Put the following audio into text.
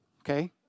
Okay